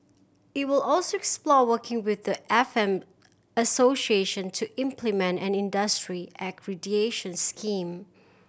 it will also explore working with the F M association to implement and industry accreditation scheme